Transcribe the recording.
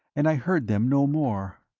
and i heard them no more.